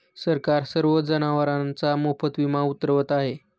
सरकार सर्व जनावरांचा मोफत विमा उतरवत आहे